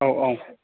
औ औ